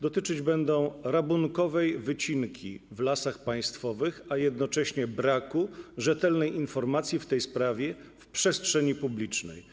Dotyczyć będą rabunkowej wycinki w Lasach Państwowych, a jednocześnie braku rzetelnej informacji w tej sprawie w przestrzeni publicznej.